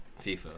FIFA